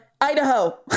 Idaho